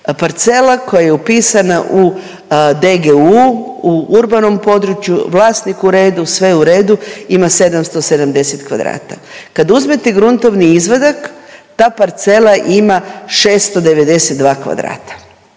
Parcela koja je upisana u DGU, u urbanom području, vlasnik u redu, sve u redu, ima 770 kvadrata. Kad uzmete gruntovni izvadak, ta parcela ima 692 kvadrata.